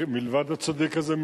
מלבד הצדיק הזה,